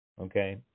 Okay